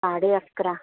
साडे अकरा